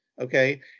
okay